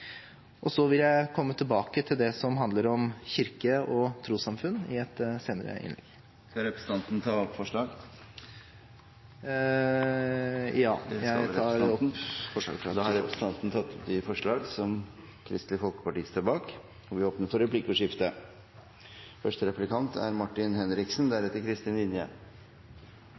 Så vil jeg komme tilbake til det som handler om kirke- og trossamfunn, i et senere innlegg, og jeg vil til slutt ta opp de forslagene Kristelig Folkeparti står bak. Da har representanten Anders Tyvand tatt opp de forslagene han refererte til. Det blir replikkordskifte. Vi